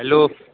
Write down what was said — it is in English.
hello